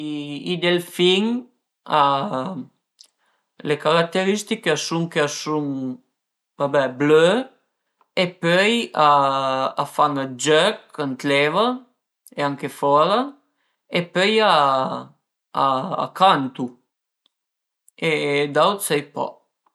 I delfin a le carateristiche a sun ch'a sun vabé blö e pöi a fan dë jöch ën l'eva e anche fora e pöi a cantu e d'aut sai pa